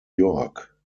york